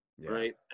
right